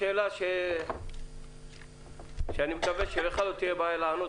שאלה שאני מקווה שלך לא תהיה בעיה לענות,